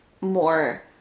more